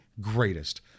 greatest